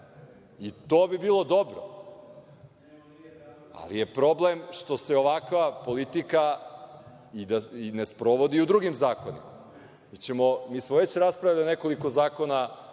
To bi bilo dobro, ali je problem što se ovakva politika i ne sprovodi u drugim zakonima. Mi smo već raspravljali o nekoliko zakona